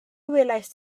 welaist